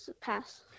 Pass